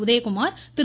Udhayakumar Thiru